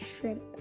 shrimp